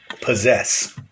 possess